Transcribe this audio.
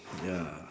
ya